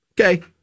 Okay